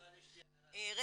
יש לי הערה.